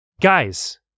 guys